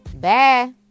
Bye